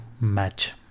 match